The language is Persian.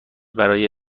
برای